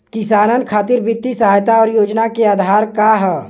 किसानन खातिर वित्तीय सहायता और योजना क आधार का ह?